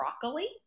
broccoli